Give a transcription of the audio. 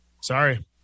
Sorry